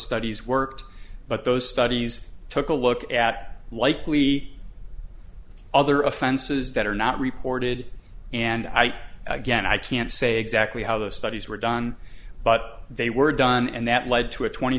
studies worked but those studies took a look at likely other offenses that are not reported and i again i can't say exactly how those studies were done but they were done and that led to a twenty